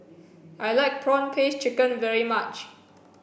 I like prawn paste chicken very much